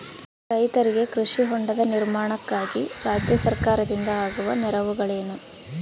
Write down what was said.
ರೈತರಿಗೆ ಕೃಷಿ ಹೊಂಡದ ನಿರ್ಮಾಣಕ್ಕಾಗಿ ರಾಜ್ಯ ಸರ್ಕಾರದಿಂದ ಆಗುವ ನೆರವುಗಳೇನು?